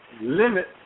limit